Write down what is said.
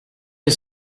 les